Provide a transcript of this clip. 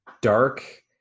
dark